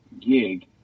gig